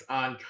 on